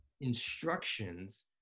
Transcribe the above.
instructions